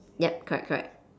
ya correct correct